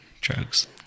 drugs